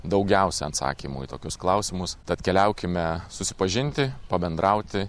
daugiausia atsakymų į tokius klausimus tad keliaukime susipažinti pabendrauti